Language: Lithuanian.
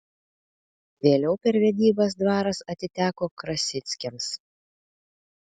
vėliau per vedybas dvaras atiteko krasickiams